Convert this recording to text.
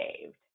saved